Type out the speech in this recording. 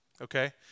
okay